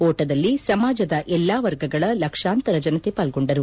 ಓಟದಲ್ಲಿ ಸಮಾಜದ ಎಲ್ಲಾ ವರ್ಗಗಳ ಲಕ್ಷಾಂತರ ಜನತೆ ಪಾಲ್ಗೊಂಡರು